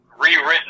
rewritten